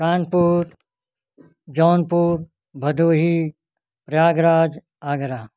Kanpur Jaunpur Bhadohi Prayagraj Agra